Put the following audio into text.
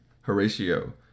Horatio